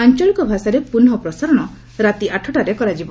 ଆଞ୍ଚଳିକ ଭାଷାରେ ପୁନଃ ପ୍ରସାରଣ ରାତି ଆଠଟାରେ କରାଯିବ